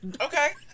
Okay